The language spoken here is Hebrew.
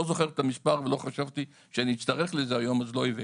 זוכר את המספר ולא חשבתי שאני אצטרך את זה היום אז לא הבאתי.